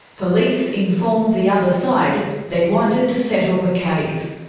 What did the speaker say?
police informed the other side they wanted to settle the case.